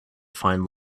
find